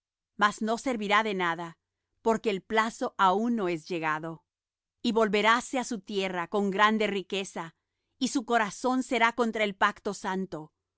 mas no servirá de nada porque el plazo aun no es llegado y volveráse á su tierra con grande riqueza y su corazón será contra el pacto santo